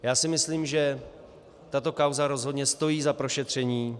Já si myslím, že tato kauza rozhodně stojí za prošetření.